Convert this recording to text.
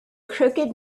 crooked